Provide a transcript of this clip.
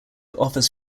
offers